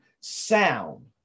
sound